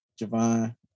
Javon